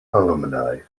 alumni